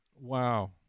Wow